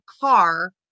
car